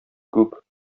күп